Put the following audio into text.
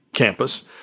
campus